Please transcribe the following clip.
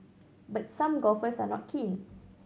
but some golfers are not keen